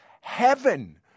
heaven